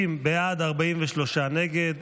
60 בעד, 43 נגד.